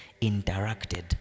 interacted